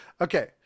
Okay